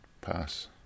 Pass